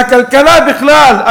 והכלכלה בכלל,